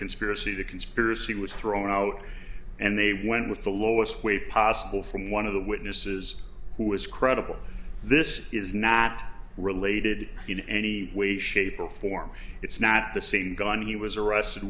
conspiracy the conspiracy was thrown out and they went with the lowest way possible from one of the witnesses who was credible this is not related in any way shape or form it's not the c gun he was arrested